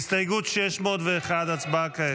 הסתייגות 601 לא נתקבלה.